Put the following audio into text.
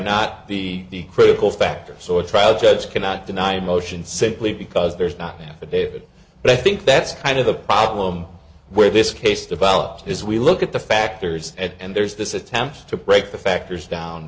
not the critical factor so a trial judge cannot deny motion simply because there's not an affidavit but i think that's kind of the problem where this case develops as we look at the factors and there's this attempt to break the factors down